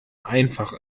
einfach